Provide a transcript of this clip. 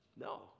No